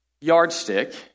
yardstick